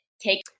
Take